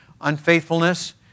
unfaithfulness